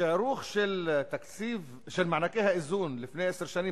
השערוך של מענקי האיזון לפני עשר שנים